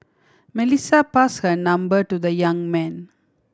Melissa pass her number to the young man